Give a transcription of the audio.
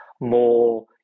more